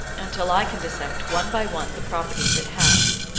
until i can dissect one by one the properties it has.